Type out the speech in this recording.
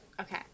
Okay